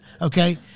Okay